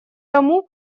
тому